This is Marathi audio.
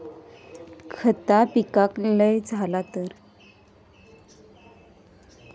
खता पिकाक लय झाला तर?